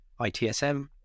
ITSM